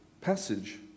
passage